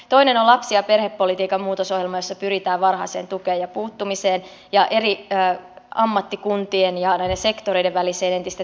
toinen on lapsi ja perhepolitiikan muutosohjelma jossa pyritään varhaiseen tukeen ja puuttumiseen ja eri ammattikuntien ja sektoreiden väliseen entistä tiiviimpään yhteistyöhön